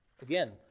Again